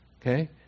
okay